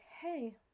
hey